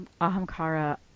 Ahamkara